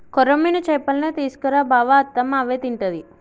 కొర్రమీను చేపల్నే తీసుకు రా బావ అత్తమ్మ అవే తింటది